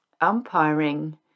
umpiring